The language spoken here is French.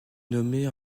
nommée